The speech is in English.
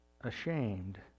ashamed